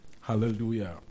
Hallelujah